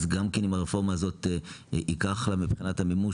אז גם כן אם הרפורמה הזאת ייקח לה מבחינת המימוש